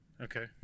Okay